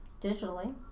digitally